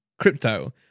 crypto